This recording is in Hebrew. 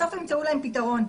בסוף ימצאו להם פתרון,